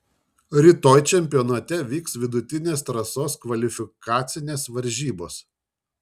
rytoj čempionate vyks vidutinės trasos kvalifikacinės varžybos